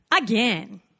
Again